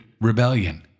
rebellion